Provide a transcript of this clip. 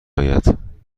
آید